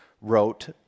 wrote